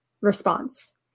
response